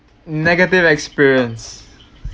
negative experience